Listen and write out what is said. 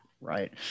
Right